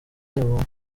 ubuntu